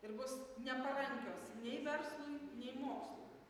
ir bus neparankios nei verslui nei mokslui